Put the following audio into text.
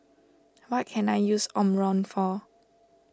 what can I use Omron for